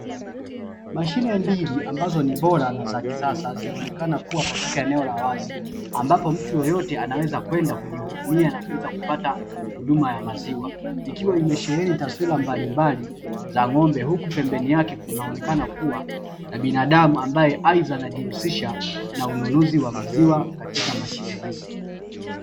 Mashine mbili ambazo ni bora na za kisasa, zinaonekana kuwa katika eneo la wazi ambapo mtu yeyote anaweza kwenda kujihudumia na kupata huduma ya maziwa. Zikiwa zimesheheni taswira mbalimbali za ng'ombe, huku pembeni yake kunaonekana binadamu ambaye ama anajihusisha na ununuzi wa maziwa katika mashine hizo.